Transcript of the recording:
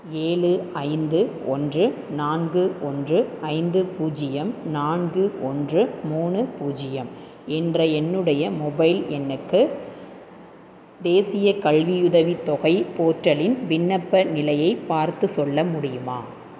ஏழு ஐந்து ஒன்று நான்கு ஒன்று ஐந்து பூஜ்ஜியம் நான்கு ஒன்று மூணு பூஜ்ஜியம் என்ற என்னுடைய மொபைல் எண்ணுக்கு தேசிய கல்வியுதவி தொகை போர்ட்டலின் விண்ணப்ப நிலையை பார்த்து சொல்ல முடியுமா